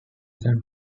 can